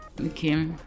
okay